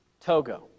Togo